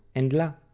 and la,